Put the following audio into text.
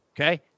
Okay